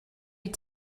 wyt